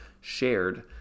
shared